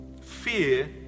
fear